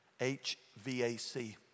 H-V-A-C